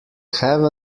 have